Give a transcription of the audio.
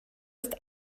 ist